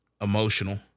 emotional